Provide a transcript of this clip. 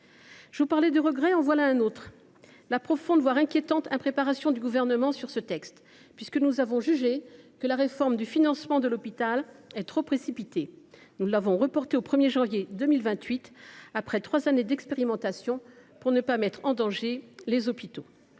Je vous parlais de regrets. En voilà un autre : la profonde, voire inquiétante, impréparation du Gouvernement sur ce texte. Puisque nous avons jugé que la réforme du financement de l’hôpital était trop précipitée, nous avons reporté son entrée en vigueur au 1 janvier 2028, après trois années d’expérimentation, pour ne pas mettre en danger les hôpitaux.